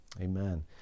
Amen